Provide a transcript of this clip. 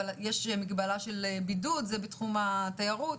יש מגבלה של בידוד זה בתחום התיירות.